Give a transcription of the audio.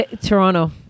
Toronto